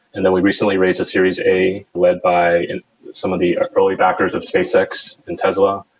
and then we recently raised a series a led by some of the early backers of spacex and tesla.